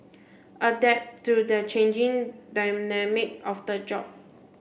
adapt to the changing dynamic of the job